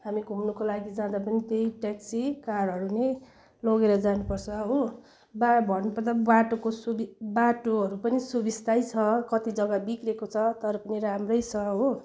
हामी घुम्नुको लागि जाँदा पनि त्यही ट्याक्सी कारहरू नै लगेर जानुपर्छ हो बार भन्नुपर्दा पनि बाटोको सुवि बाटोहरू पनि सुविस्तै छ कति जग्गा बिग्रेको छ तर पनि राम्रै छ हो